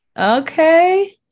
Okay